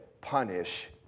punish